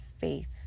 faith